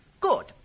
Good